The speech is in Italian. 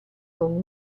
con